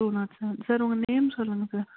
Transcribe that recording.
two nought seven sir உங்கள் name சொல்லுங்க sir